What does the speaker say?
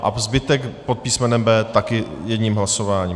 A zbytek pod písmenem B také jedním hlasováním.